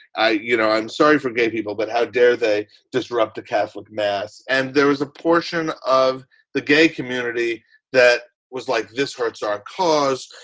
i you know i'm sorry for gay people, but how dare they disrupt a catholic mass? and there was a portion of the gay community that was like, this hurts our cause.